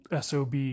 SOB